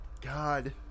God